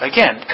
Again